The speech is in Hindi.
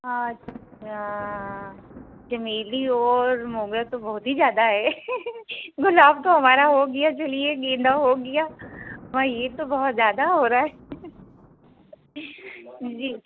आच्छा चमेली और मोगरा तो बहुत हीं जादा है गुलाब तो हमारा हो गया चलिए गेंदा हो गया यह तो बहुत ज़्यादा हो रहा है जी